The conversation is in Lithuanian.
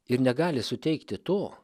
ir negali suteikti to